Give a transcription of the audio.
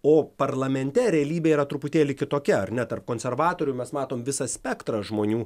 o parlamente realybė yra truputėlį kitokia ar ne tarp konservatorių mes matom visą spektrą žmonių